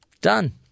Done